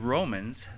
Romans